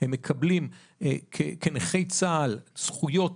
הם מקבלים כנכי צה"ל זכויות